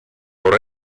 por